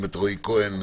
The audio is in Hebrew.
גם לרועי כהן,